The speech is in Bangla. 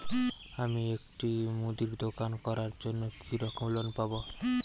আমি একটি মুদির দোকান করার জন্য কি রকম লোন পাব?